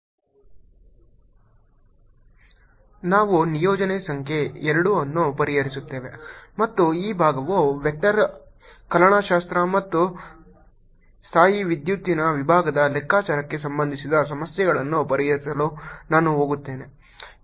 ನಾವು ನಿಯೋಜನೆ ಸಂಖ್ಯೆ 2 ಅನ್ನು ಪರಿಹರಿಸುತ್ತೇವೆ ಮತ್ತು ಈ ಭಾಗವು ವೆಕ್ಟರ್ ಕಲನಶಾಸ್ತ್ರ ಮತ್ತು ಸ್ಥಾಯೀವಿದ್ಯುತ್ತಿನ ವಿಭವದ ಲೆಕ್ಕಾಚಾರಕ್ಕೆ ಸಂಬಂಧಿಸಿದ ಸಮಸ್ಯೆಗಳನ್ನು ಪರಿಹರಿಸಲು ನಾನು ಹೋಗುತ್ತೇನೆ